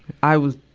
i was,